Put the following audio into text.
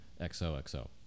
XOXO